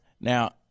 Now